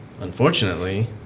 unfortunately